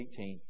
18